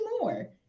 more